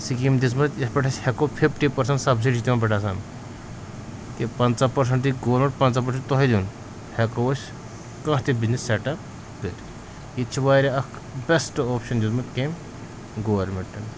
scheme دِژمَژ یَتھ پٮ۪ٹھ أسۍ ہٮ۪کو فِفٹی پٔرسنٛٹ سَبسِڈی چھِ تِمَن پٮ۪ٹھ آسان کہِ پنٛژاہ پٔرسَنٛٹ دی گورمٮ۪نٛٹ پنٛژاہ پٔرسَنٛٹ چھِ تۄہہِ دیُن ہٮ۪کو أسۍ کانٛہہ تہِ بِزنِس سٮ۪ٹَپ کٔرِتھ یہِ تہِ چھُ واریاہ اَکھ بٮ۪سٹ اوپشَن دیُتمُت کٔمۍ گورمٮ۪نٛٹَن